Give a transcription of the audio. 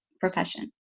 profession